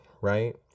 right